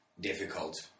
difficult